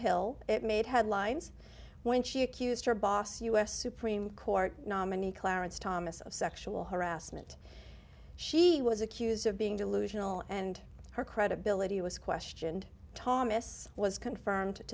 hill it made headlines when she accused her boss u s supreme court nominee clarence thomas of sexual harassment she was accused of being delusional and her credibility was questioned thomas was confirmed